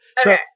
okay